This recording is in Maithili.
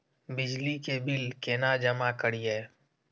बिजली के बिल केना जमा करिए?